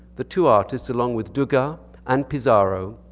the two artists, along with degas and pisarro,